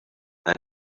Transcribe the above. and